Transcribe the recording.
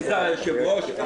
נא לעבור לחדר השני.